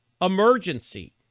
emergency